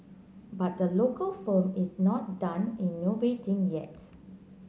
but the local firm is not done innovating yet